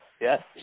yes